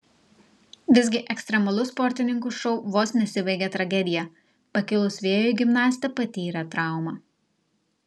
visgi ekstremalus sportininkų šou vos nesibaigė tragedija pakilus vėjui gimnastė patyrė traumą